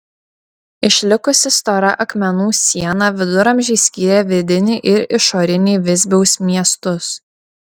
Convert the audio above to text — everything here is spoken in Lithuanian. išlikusi stora akmenų siena viduramžiais skyrė vidinį ir išorinį visbiaus miestus